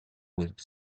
with